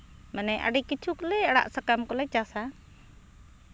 ᱢᱟᱱᱮ ᱟᱹᱰᱤ ᱠᱤᱪᱷᱩ ᱜᱮᱞᱮ ᱟᱲᱟᱜ ᱥᱟᱠᱟᱢ ᱠᱚᱞᱮ ᱪᱟᱥᱟ